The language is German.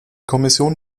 kommission